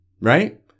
right